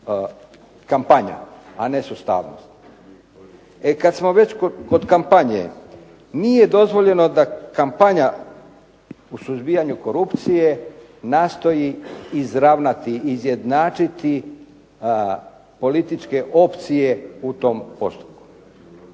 kampanja a ne sustavnost. Kad smo već kod kampanje nije dozvoljeno da kampanja u suzbijanju korupcije nastoji izravnati, izjednačiti političke opcije u tom postupku.